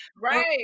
Right